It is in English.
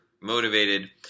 motivated